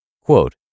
Quote